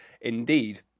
indeed